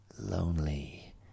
lonely